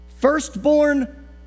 firstborn